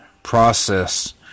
process